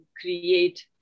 create